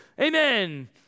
amen